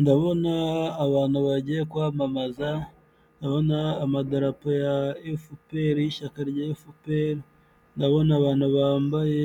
Ndabona abantu bagiye kwamamaza ndabona amadarapo ya FPR y'ishyaka rya FPR, ndabona abantu bambaye